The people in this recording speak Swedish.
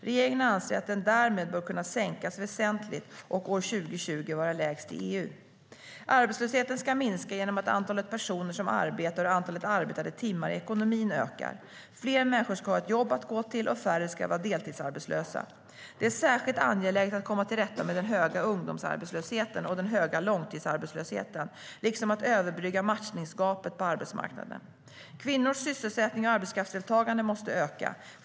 Regeringen anser att den därmed bör kunna sänkas väsentligt och år 2020 vara lägst i EU. Arbetslösheten ska minska genom att antalet personer som arbetar och antalet arbetade timmar i ekonomin ökar. Fler människor ska ha ett jobb att gå till, och färre ska vara deltidsarbetslösa. Det är särskilt angeläget att komma till rätta med den höga ungdomsarbetslösheten och den höga långtidsarbetslösheten, liksom att överbrygga matchningsgapet på arbetsmarknaden. Kvinnors sysselsättning och arbetskraftsdeltagande måste öka.